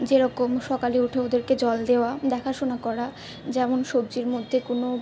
যেরকম সকালে উঠে ওদেরকে জল দেওয়া দেখাশোনা করা যেমন সবজির মধ্যে কোনো